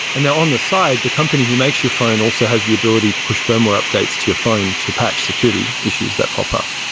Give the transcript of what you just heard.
and now on the side, the company who makes your phone also has the ability to push firmware updates to your phone to patch security issues that pop up.